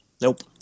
Nope